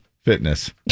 Fitness